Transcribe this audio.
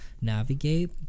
navigate